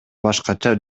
башкача